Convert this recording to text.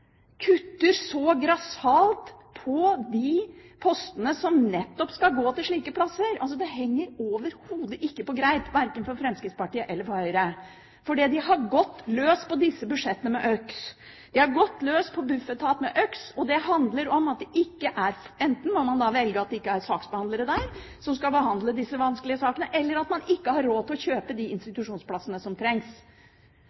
kutter så grassat på de postene som nettopp skal gå til slike plasser. Det henger overhodet ikke på greip verken når det gjelder Fremskrittspartiet, eller når det gjelder Høyre. De har gått løs på disse budsjettene med øks. De har gått løs på Bufetat med øks. Det handler om at man enten må velge at det ikke er saksbehandlere der som skal behandle disse vanskelige sakene, eller så har man ikke råd til å kjøpe de